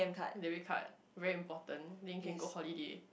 debit card very important then you can go holiday